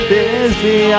busy